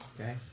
Okay